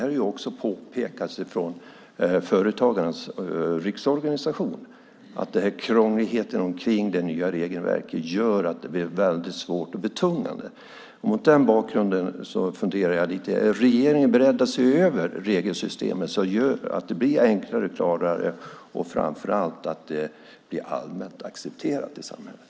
Det har också påpekats från Företagarnas Riksorganisation att krångligheten med det nya regelverket gör att det blir väldigt svårt och betungande. Mot den bakgrunden funderar jag lite: Är regeringen beredd att se över regelsystemet så att det blir enklare, klarare och framför allt allmänt accepterat i samhället?